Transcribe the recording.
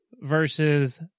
versus